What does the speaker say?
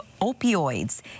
opioids